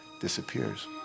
disappears